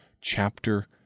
chapter